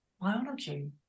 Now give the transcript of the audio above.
biology